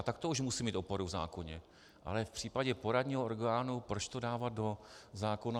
Tak to už musí mít oporu v zákoně, ale v případě poradního orgánu proč to dávat do zákona?